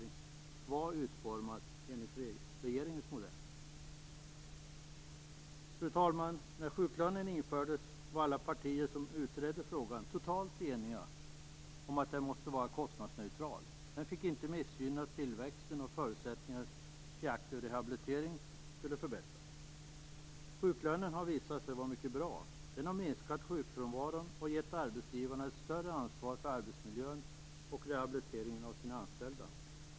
När sjuklönen infördes var alla partier som utredde frågan totalt eniga om att den måste vara kostnadsneutral. Den fick inte missgynna tillväxten, och förutsättningarna för aktiv rehabilitering skulle förbättras. Sjuklönen har visat sig vara mycket bra. Den har minskat sjukfrånvaron, och gett arbetsgivarna ett större ansvar för arbetsmiljön och rehabiliteringen av sina anställda.